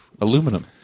aluminum